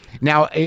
Now